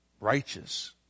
righteous